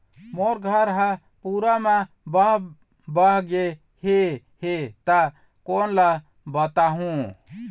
मोर घर हा पूरा मा बह बह गे हे हे ता कोन ला बताहुं?